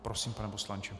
Prosím, pane poslanče.